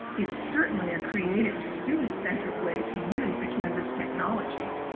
it's certainly a creative, student-centered way to use the canvas technology.